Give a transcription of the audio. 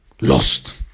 lost